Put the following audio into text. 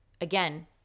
again